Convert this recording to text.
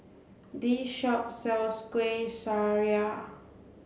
this shop sells Kueh Syara